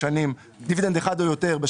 דיבידנד אחד או יותר,